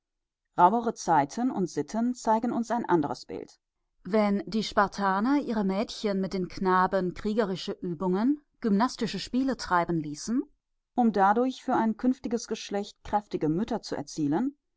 rauhere zeiten und sitten zeigen uns ein anderes bild wenn die spartaner ihre mädchen mit den knaben kriegerische uebungen gymnastische spiele treiben ließen um dadurch für ein künftiges geschlecht kräftige mütter zu erzielen